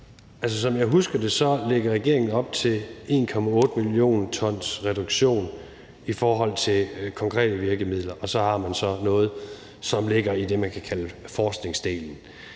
Som jeg husker det, lægger regeringen op til 1,8 mio. t reduktion i forhold til konkrete virkemidler, og så har man noget, som ligger i det, man kan kalde forskningsdelen.